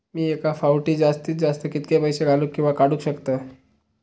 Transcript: मी एका फाउटी जास्तीत जास्त कितके पैसे घालूक किवा काडूक शकतय?